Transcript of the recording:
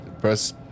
press